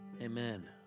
Amen